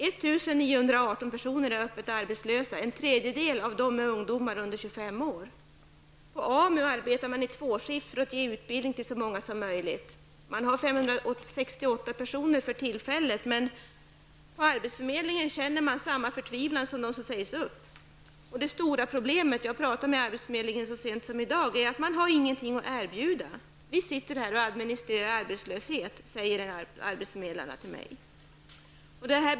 1 918 personer är öppet arbetslösa. En tredjedel av dem är ungdomar under 25 år. På AMU arbetar man i tvåskift för att ge utbildning åt så många som möjligt. Man har för tillfället 168 personer i utbildning. På arbetsförmedlingen känner man samma förtvivlan som hos dem som sägs upp. Jag har pratat med arbetsförmedlingen så sent som i dag. Det stora problemet är att man inte har någonting att erbjuda. Vi sitter här och administrerar arbetslöshet, säger arbetsförmedlarna till mig.